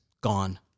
Gone